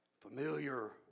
Familiar